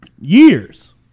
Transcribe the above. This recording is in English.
years